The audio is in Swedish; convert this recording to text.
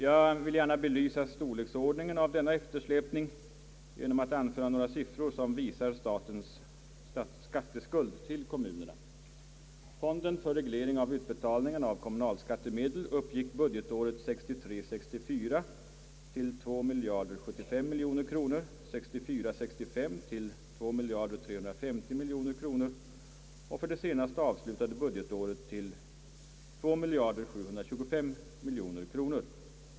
Jag vill gärna belysa storleksordning en av denna eftersläpning genom att anföra några siffror som visar statens skatteskuld till kommunerna. Fonden för reglering av utbetalningarna av kommunalskattemedel uppgick budgetåret 1963 65 till 2 350 miljoner kronor och för det senast avslutade budgetåret till 2 725 miljoner kronor.